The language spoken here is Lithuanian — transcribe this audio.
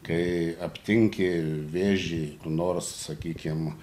kai aptinki vėžį nors sakykim